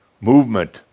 Movement –